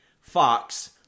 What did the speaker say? Fox